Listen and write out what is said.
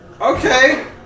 okay